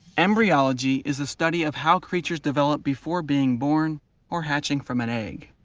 embryology is the study of how creatures develop before being born or hatching from an egg.